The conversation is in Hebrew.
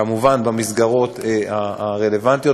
כמובן במסגרות הרלוונטיות,